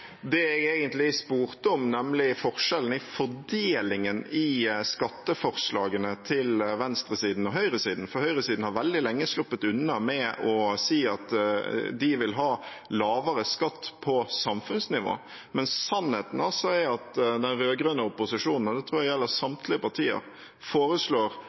det jeg egentlig spurte om, nemlig forskjellen i fordelingen i skatteforslagene til venstresiden og høyresiden. Høyresiden har veldig lenge sluppet unna med å si at de vil ha lavere skatt på samfunnsnivå, mens sannheten altså er at den rød-grønne opposisjonen, og det tror jeg gjelder samtlige partier, foreslår